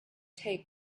take